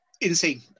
insane